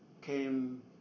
came